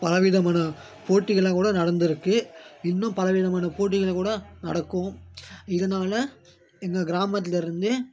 பல விதமான போட்டிகள்லாம் கூட நடந்துருக்குது இன்னும் பல விதமான போட்டிகள் கூட நடக்கும் இதனால் எங்கள் கிராமத்துலேருந்து